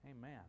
Amen